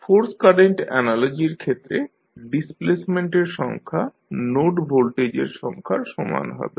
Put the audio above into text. force current অ্যানালজির ক্ষেত্রে ডিসপ্লেসমেন্টের সংখ্যা নোড ভোল্টেজের সংখ্যার সঙ্গে সমান হবে